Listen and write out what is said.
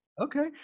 Okay